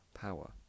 power